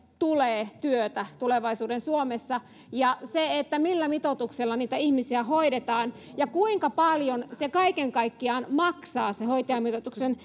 tulee työtä tulevaisuuden suomessa ja sen millä mitoituksella niitä ihmisiä hoidetaan ja kuinka paljon kaiken kaikkiaan maksaa sen hoitajamitoituksen